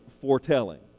foretelling